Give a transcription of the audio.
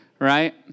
Right